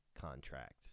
contract